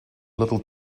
little